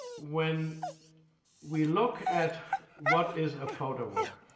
when we look at what is a photo book,